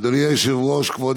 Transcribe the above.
אדוני היושב-ראש, כבוד